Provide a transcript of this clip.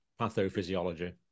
pathophysiology